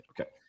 Okay